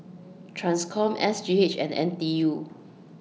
TRANSCOM S G H and N T U